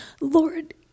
Lord